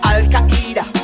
Al-Qaeda